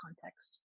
context